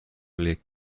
les